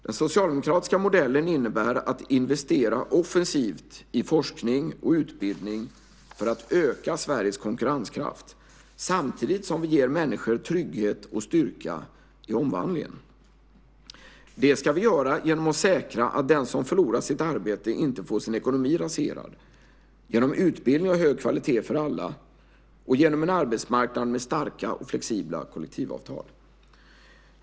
Den socialdemokratiska modellen innebär att investera offensivt i forskning och utbildning för att öka Sveriges konkurrenskraft samtidigt som vi ger människor trygghet och styrka i omvandlingen. Det ska vi göra genom att säkra att den som förlorar sitt arbete inte får sin ekonomi raserad, genom utbildning av hög kvalitet för alla och genom en arbetsmarknad med starka och flexibla kollektivavtal.